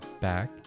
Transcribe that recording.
back